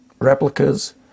replicas